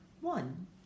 One